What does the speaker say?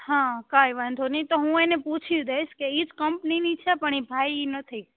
હા કંઈ વાંધો નહીં તો હું એને પૂછી દઈશ કે એ જ કંપનીની છે પણ એ ભાઈ નથી